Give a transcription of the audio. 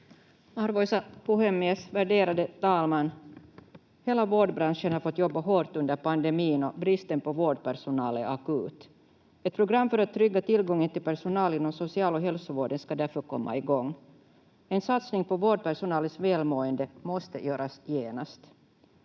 Arvoisa puhemies, värderade talman! Hela vårdbranschen har fått jobba hårt under pandemin, och bristen på vårdpersonal är akut. Ett program för att trygga tillgången till personal inom social- och hälsovården ska därför komma igång. En satsning på vårdpersonalens välmående måste göras genast.